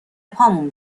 پامون